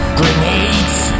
grenades